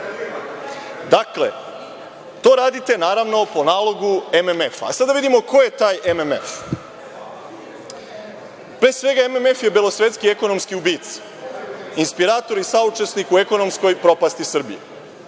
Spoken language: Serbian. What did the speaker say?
to radite, naravno, po nalogu MMF-a.A sada da vidimo ko je taj MMF. Pre svega, MMF je belosvetski ekonomski ubica, inspirator i saučesnik u ekonomskoj propasti Srbije.